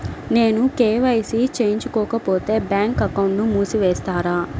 నేను కే.వై.సి చేయించుకోకపోతే బ్యాంక్ అకౌంట్ను మూసివేస్తారా?